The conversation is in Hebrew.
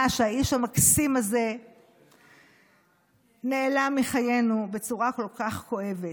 שהאיש המקסים הזה נעלם מחיינו בצורה כל כך כואבת.